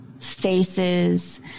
faces